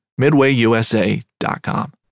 midwayusa.com